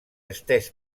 estès